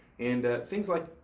and, things like,